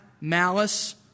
malice